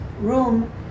room